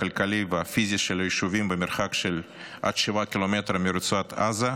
הכלכלי והפיזי של היישובים במרחק של עד 7 ק"מ מרצועת עזה,